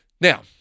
Now